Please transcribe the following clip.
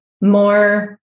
more